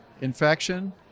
infection